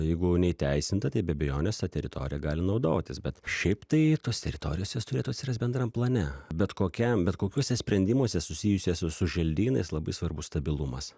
jeigu neįteisinta tai be abejonės ta teritorija gali naudotis bet šiaip tai tos teritorijos jos turėtų atsirast bendram plane bet kokiam bet kokiuose sprendimuose susijusiuose su želdynais labai svarbu stabilumas